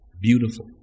Beautiful